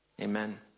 Amen